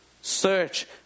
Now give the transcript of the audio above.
Search